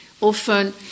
often